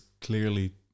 clearly